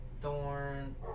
Thorn